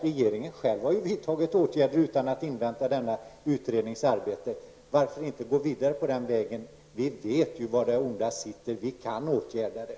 Regeringen har själv vidtagit åtgärder utan att invänta utredningens arbete. Varför kan man inte gå vidare på den vägen? Vi vet ju var det onda sitter, och vi kan åtgärda det.